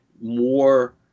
more